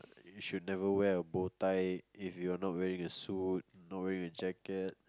you should never wear a bow tie if you're not wearing a suit not wearing a jacket